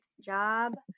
job